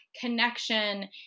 connection